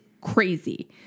crazy